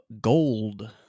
gold